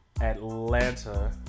Atlanta